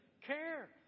care